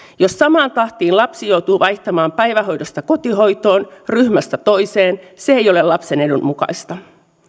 jos samaan tahtiin lapsi joutuu vaihtamaan päivähoidosta kotihoitoon ryhmästä toiseen se ei ole lapsen edun mukaista